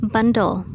Bundle